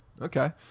Okay